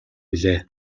билээ